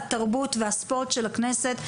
התרבות והספורט של הכנסת,